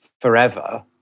forever